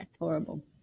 Horrible